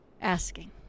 asking